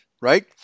right